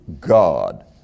God